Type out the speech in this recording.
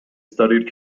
studied